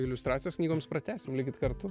iliustracijas knygoms pratęsim likit kartu